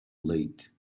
late